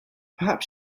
perhaps